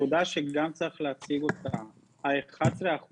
אבל הנקודה שגם צריך להציגה אותה היא: ה-11%